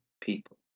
people